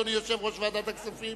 אדוני יושב-ראש ועדת הכספים.